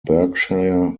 berkshire